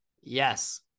Yes